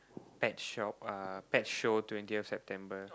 pet shop uh pet show twentieth September